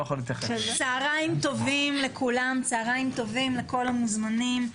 צוהריים טובים לכולם, לכל המוזמנים.